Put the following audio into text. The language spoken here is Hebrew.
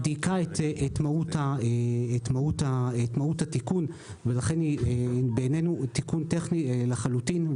היא דייקה את מהות התיקון ולכן היא בעינינו תיקון טכני לחלוטין,